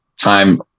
time